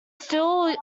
still